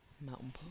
Mountain